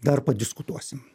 dar padiskutuosim